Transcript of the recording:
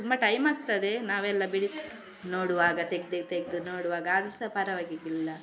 ತುಂಬ ಟೈಮ್ ಆಗ್ತದೆ ನಾವೆಲ್ಲ ಬಿಡಿಸಿ ನೋಡುವಾಗ ತೆಗ್ದು ತೆಗೆದು ನೋಡುವಾಗ ಆದರು ಸಹ ಪರವಾಗಿಲ್ಲ